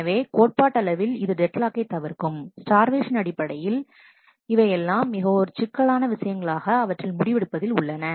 எனவே கோட்பாட்டளவில் இது டெட்லாக்கை தவிர்க்கும் ஸ்டார்வேஷன் அடிப்படையில் நடைமுறை அடிப்படையில் இவையெல்லாம் மிகக் ஒரு சிக்கலான விஷயங்களாக அவற்றில் முடிவெடுப்பதில் உள்ளன